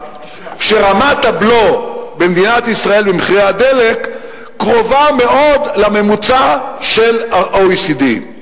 שרמת הבלו במדינת ישראל במחירי הדלק קרובה מאוד לממוצע של ה-OECD.